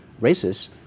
races